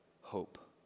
hope